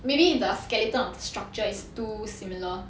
maybe the skeleton of the structure is too similar